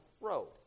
road